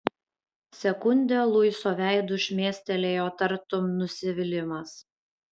sekundę luiso veidu šmėstelėjo tartum nusivylimas